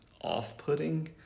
off-putting